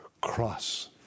cross